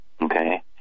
Okay